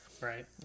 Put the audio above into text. Right